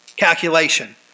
calculation